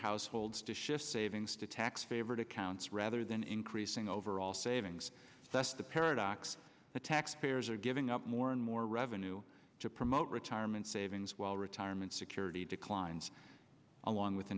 households to shift savings to tax favored accounts rather than increasing overall savings that's the paradox the tax payers are giving up more and more revenue to promote retirement savings while retirement security declines along with